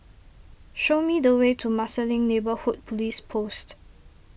show me the way to Marsiling Neighbourhood Police Post